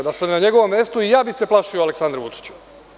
Da sam na njegovom mestu, i ja bih se plašio Aleksandra Vučića.